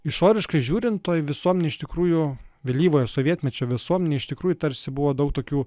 išoriškai žiūrint toji visuomenė iš tikrųjų vėlyvojo sovietmečio visuomenėj iš tikrųjų tarsi buvo daug tokių